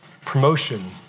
promotion